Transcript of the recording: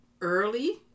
early